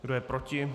Kdo je proti?